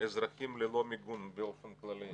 אזרחים ללא מיגון באופן כללי.